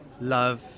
love